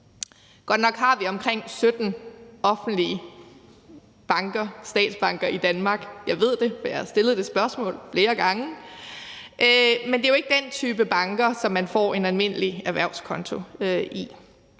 Godt nok har vi omkring 17 offentlige banker, statsbanker, i Danmark – jeg ved det, for jeg har stillet det spørgsmål flere gange – men det er jo ikke den type banker, som man får en almindelig erhvervskonto i.